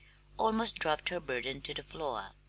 almost dropped her burden to the floor.